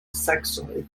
seksoj